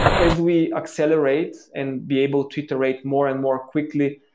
as we accelerate and be able to iterate more and more quickly,